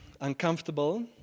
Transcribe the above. uncomfortable